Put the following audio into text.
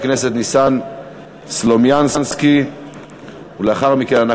1. אני קובע כי הצעת חוק גלי צה"ל,